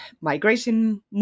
migration